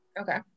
Okay